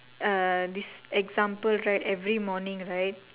uh this example right every morning right